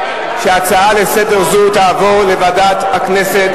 ההצעה להעביר את הנושא לוועדת הכנסת